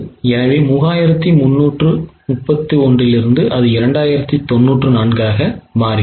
எனவே 3331 இலிருந்து அது 2094 ஆகிறது